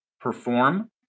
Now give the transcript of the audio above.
perform